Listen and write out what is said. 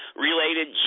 related